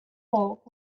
bulk